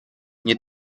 nie